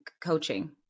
coaching